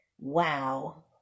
Wow